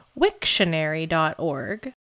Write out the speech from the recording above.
wiktionary.org